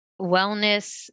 wellness